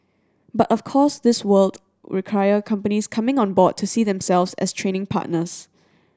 but of course this would require companies coming on board to see themselves as training partners